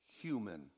human